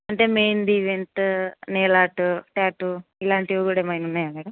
అంటే mehndi event tattoo ఇలాంటివి కూడా ఏమన్నా ఉన్నాయా మేడమ్